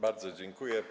Bardzo dziękuję.